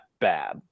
bad